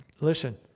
listen